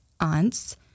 aunts